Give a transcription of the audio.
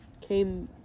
came